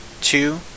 Two